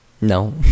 No